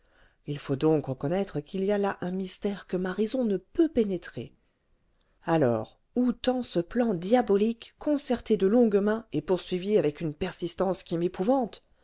il faut donc reconnaître qu'il y a là un mystère que ma raison ne peut pénétrer alors où tend ce plan diabolique concerté de longue main et poursuivi avec une persistance qui m'épouvante